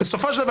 בסופו של דבר,